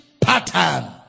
pattern